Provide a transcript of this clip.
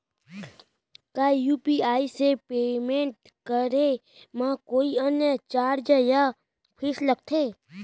का यू.पी.आई से पेमेंट करे म कोई अन्य चार्ज या फीस लागथे?